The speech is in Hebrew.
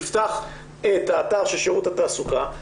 תפתח את האתר של שירות התעסוקה,